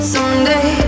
Someday